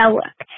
work